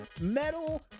metal